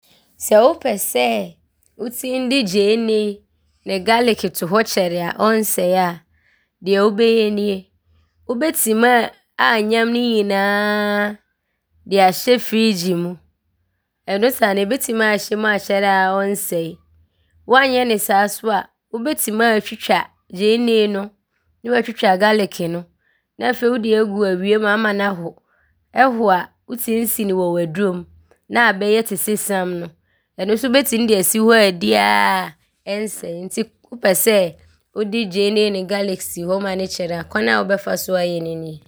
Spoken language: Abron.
Sɛ wopɛ sɛ wotim de gyeenee ne galeke to hɔ kyɛre a ɔnsɛe a, deɛ wobɛyɛ nie. Wobɛtim aanyam ne nyinaa de ahyɛ friigyi mu. Ɔno saa no, ɔbɛtim aahyɛm akyɛre a ɔnsɛe. Woanyɛ ne saa so a, wobɛtim aatwitwa gyeenee no, ne woatwitwa galeke no ne afei wode agu awiam ama no aho. Ɔho a, wotim si no w’adurom na aabɛyɛ te sɛ sam no. Ɔno so wobɛtim de asi hɔ aadi ara ɔnsɛe nti wopɛ sɛ wode gyeenee ne galeke si hɔ ma no kyɛre, kwan a wobɛfa so ayɛ no nie.